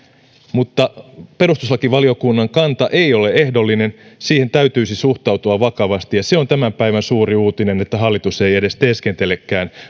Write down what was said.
mutta perustuslakivaliokunnan kanta ei ole ehdollinen siihen täytyisi suhtautua vakavasti ja se on tämän päivän suuri uutinen että hallitus ei edes teeskentele